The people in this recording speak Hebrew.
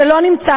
זה לא נמצא,